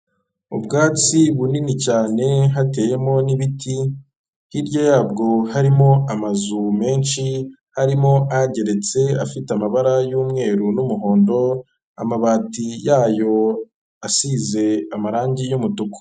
Ubwatsi bunini cyane hateyemo n'ibiti, hirya yabwo harimo amazu menshi harimo ahageretse, afite amabara y'umweru n'umuhondo, amabati yayo asize amarangi y'umutuku.